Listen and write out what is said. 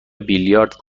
بیلیارد